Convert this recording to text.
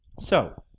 so,